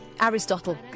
Aristotle